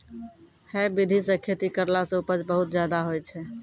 है विधि सॅ खेती करला सॅ उपज बहुत ज्यादा होय छै